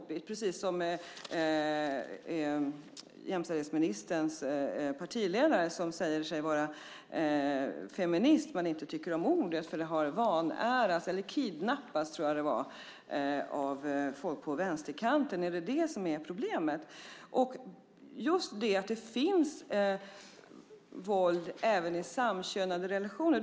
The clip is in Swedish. Då är det precis som med jämställdhetsministerns partiledare, som säger sig vara feminist men inte tycker om ordet för att det har vanärats eller kidnappats, tror jag det var, av folk på vänsterkanten. Är det detta som är problemet? Det finns våld även i samkönade relationer.